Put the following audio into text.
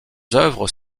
œuvres